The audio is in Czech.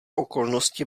okolnosti